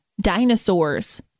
Dinosaurs